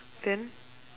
then